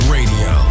Radio